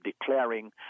declaring